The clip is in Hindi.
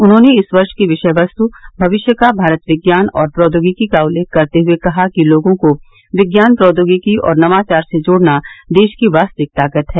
उन्होंने इस वर्ष की विषय वस्तु भविष्य का भारत विज्ञान और प्रौद्योगिकी का उल्लेख करते हुए कहा कि लोगों को विज्ञान प्रौद्योगिकी और नवाचार से जोड़ना देश की वास्तविक ताकत है